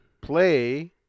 play